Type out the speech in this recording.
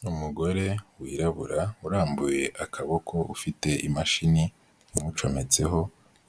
Ni umugore wirabura urambuye akaboko ufite imashini imucometseho,